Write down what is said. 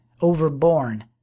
overborne